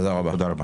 תודה.